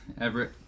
Everett